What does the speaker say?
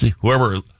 Whoever